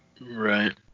Right